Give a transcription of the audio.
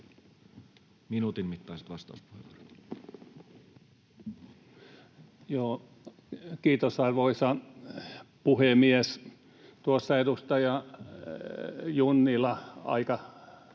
Minuutin mittaiset vastauspuheenvuorot. Kiitos, arvoisa puhemies! Tuossa edustaja Junnila aika löysin